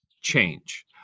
change